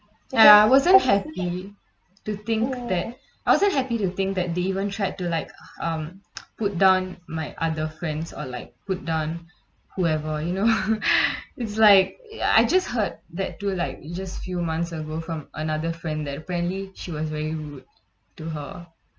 ya I wasn't happy to think that I wasn't happy to think that they even tried to like um put down my other friends or like put down whoever you know it's like ya I just heard they do like just few months over from another friend that frankly she was very rude to her